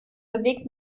bewegt